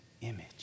image